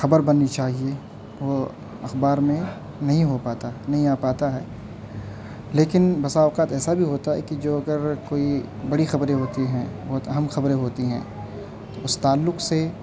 خبر بننی چاہیے وہ اخبار میں نہیں ہو پاتا نہیں آ پاتا ہے لیکن بسا اوقات ایسا بھی ہوتا ہے جو اگر کوئی بڑی خبریں ہوتی ہیں بہت اہم خبریں ہوتی ہیں اس تعلق سے